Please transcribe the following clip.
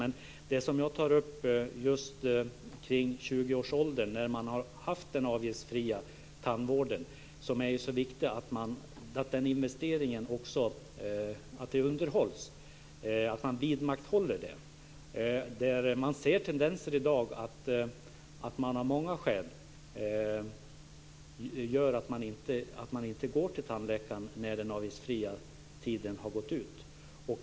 Men det som jag tar upp om just ungdomar i 20-årsåldern, som har haft avgiftsfri tandvård, är att den investeringen också underhålls så att den goda tandhälsan vidmakthålls. Man ser i dag tendenser att ungdomar av många skäl inte går till tandläkaren när den avgiftsfria tiden är slut.